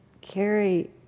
carry